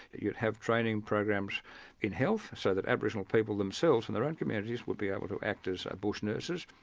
you'd have training programs in health, so that aboriginal people themselves, in their own communities would be able to act as bush nurses.